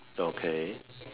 okay